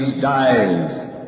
dies